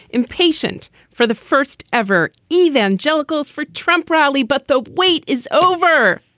impatient for the first ever evangelicals for trump rally, but the wait is over.